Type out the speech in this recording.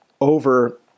over